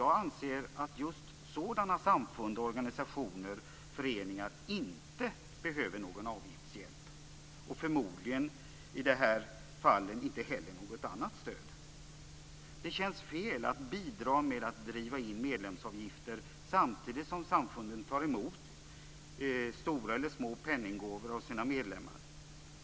Jag anser att just sådana samfund, organisationer och föreningar inte behöver någon avgiftshjälp och förmodligen i det här fallet inte heller något annat stöd. Det känns fel att bidra med att driva in medlemsavgifter samtidigt som samfunden tar emot stora eller små penninggåvor av sina medlemmar.